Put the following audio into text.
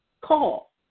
call